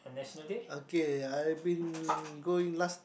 okay I have been going last